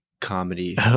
comedy